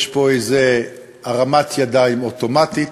יש פה איזו הרמת ידיים אוטומטית,